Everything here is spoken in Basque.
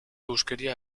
huskeria